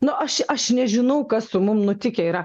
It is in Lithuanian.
nu aš aš nežinau kas su mum nutikę yra